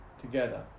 together